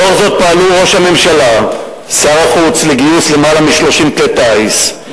לאור זאת פעלו ראש הממשלה ושר החוץ לגיוס למעלה מ-30 כלי טיס,